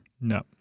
No